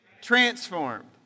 transformed